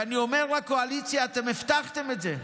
ואני אומר לקואליציה: אתם הבטחתם את זה.